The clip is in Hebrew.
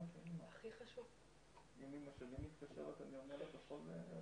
אני מתנצלת בפני כולם.